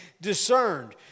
discerned